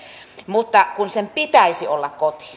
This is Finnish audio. mutta kun sen pitäisi olla koti